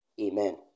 Amen